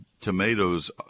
Tomatoes